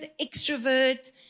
extrovert